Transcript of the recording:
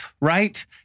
right